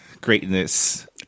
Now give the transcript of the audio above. greatness